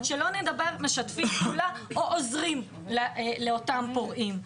שלא נדבר על משתפי פעולה או עוזרים לאותם פורעים.